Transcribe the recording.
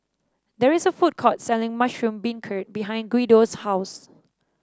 there is a food court selling Mushroom Beancurd behind Guido's house